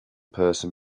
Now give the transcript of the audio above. person